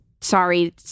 Sorry